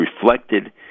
reflected